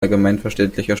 allgemeinverständlicher